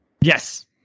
Yes